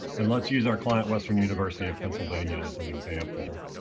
and let's use our client, western university of pennsylvania, as and an example.